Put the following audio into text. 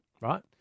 Right